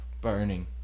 burning